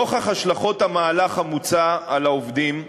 נוכח השלכות המהלך המוצע על העובדים,